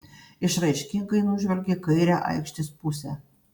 išraiškingai nužvelgė kairę aikštės pusę